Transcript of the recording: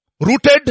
Rooted